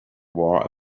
wore